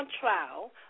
Trial